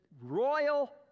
royal